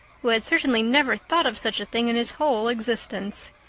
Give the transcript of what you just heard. who had certainly never thought of such a thing in his whole existence.